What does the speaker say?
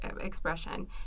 expression